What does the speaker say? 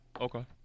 Okay